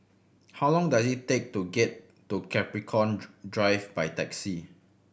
how long does it take to get to Capricorn Drive by taxi